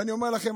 ואני אומר לכם,